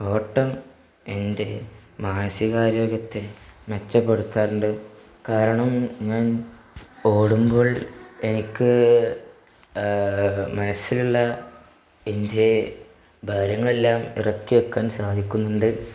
ഓട്ടം എൻ്റെ മാനസികാരോഗ്യത്തെ മെച്ചപ്പെടുത്താറുണ്ട് കാരണം ഞാൻ ഓടുമ്പോൾ എനിക്ക് മനസ്സിലുള്ള എൻ്റെ ഭാരങ്ങളെല്ലാം ഇറക്കിവയ്ക്കാൻ സാധിക്കുന്നുണ്ട്